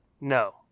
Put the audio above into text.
No